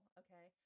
okay